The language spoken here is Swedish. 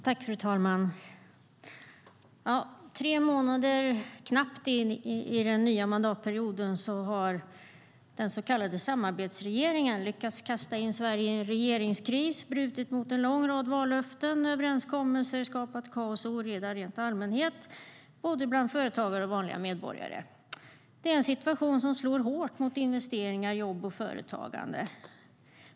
Fru talman! Knappt tre månader in i den nya mandatperioden har den så kallade samarbetsregeringen lyckats kasta in Sverige i en regeringskris, brutit mot en lång rad vallöften och överenskommelser, skapat kaos och oreda i allmänhet bland både företagare och vanliga medborgare. Det är en situation som slår hårt mot investeringar, jobb och företagande.